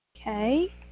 Okay